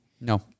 No